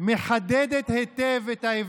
חברות וחברי כנסת נכבדים,